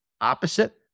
opposite